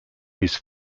his